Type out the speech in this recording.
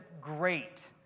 great